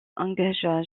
engagea